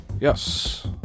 yes